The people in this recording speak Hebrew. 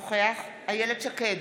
אינו נוכח איילת שקד,